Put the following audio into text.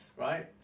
right